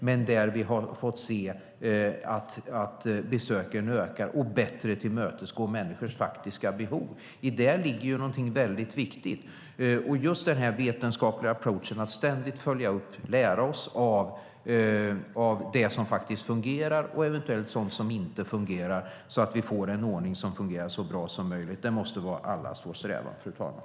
Men man har sett att antalet besök ökar och att människors faktiska behov tillmötesgås bättre. I det ligger något viktigt. Just denna vetenskapliga approach att ständigt följa upp och lära sig av det som fungerar och eventuellt av sådant som inte fungerar för att få en ordning som fungerar så bra som möjligt måste vara allas vår strävan, fru talman.